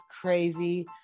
crazy